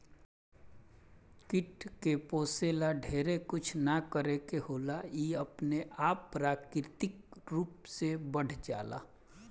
कीट के पोसे ला ढेरे कुछ ना करे के होला इ अपने आप प्राकृतिक रूप से बढ़ जाला